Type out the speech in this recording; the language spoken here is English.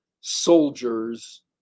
soldiers